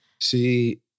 See